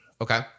Okay